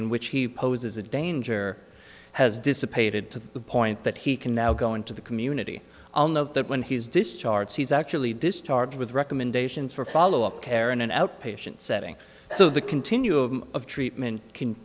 in which he poses a danger has dissipated to the point that he can now go into the community of that when his discharge she's actually discharged with recommendations for follow up care in an outpatient setting so the continuum of treatment can